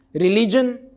religion